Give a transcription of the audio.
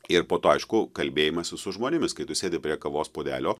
ir po to aišku kalbėjimasis su žmonėmis kai tu sėdi prie kavos puodelio